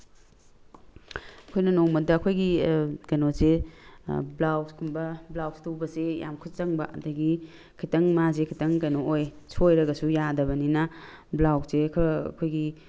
ꯑꯩꯈꯣꯏꯅ ꯅꯣꯡꯃꯗ ꯑꯩꯈꯣꯏꯒꯤ ꯀꯩꯅꯣꯁꯦ ꯕ꯭ꯂꯥꯎꯁ ꯀꯨꯝꯕ ꯕ꯭ꯂꯥꯎꯁ ꯇꯨꯕꯁꯦ ꯌꯥꯝ ꯈꯨꯠ ꯆꯪꯕ ꯑꯗꯒꯤ ꯈꯤꯇꯪ ꯃꯥꯁꯦ ꯈꯤꯇꯪ ꯀꯩꯅꯣ ꯑꯣꯏ ꯁꯣꯏꯔꯒꯁꯨ ꯌꯥꯗꯕꯅꯤꯅ ꯕ꯭ꯂꯥꯎꯁꯁꯦ ꯈꯔ ꯑꯩꯈꯣꯏꯒꯤ